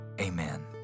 Amen